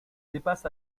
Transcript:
dépasse